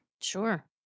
Sure